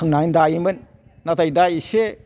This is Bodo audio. सोंनानै दायोमोन नाथाय दा एसे